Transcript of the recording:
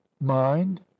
mind